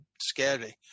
scary